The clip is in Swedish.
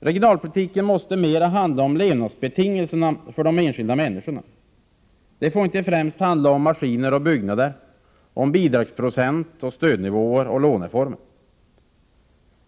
Regionalpolitiken måste mera handla om levnadsbetingelserna för de enskilda människorna. Det får inte främst handla om maskiner och byggnader, om bidragsprocent, stödnivåer och låneformer.